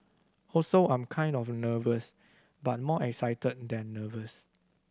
also I'm kind of nervous but more excited than nervous